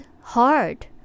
hard